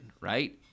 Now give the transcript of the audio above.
right